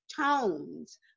tones